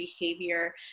behavior